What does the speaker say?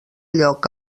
lloc